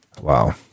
Wow